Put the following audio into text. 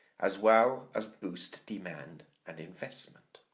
as well as boost demand and investment.